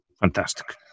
Fantastic